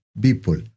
people